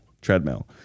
treadmill